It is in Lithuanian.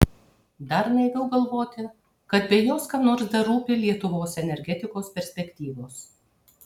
dar naiviau galvoti kad be jos kam nors dar rūpi lietuvos energetikos perspektyvos